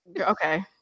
Okay